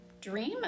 dream